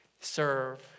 serve